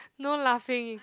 no laughing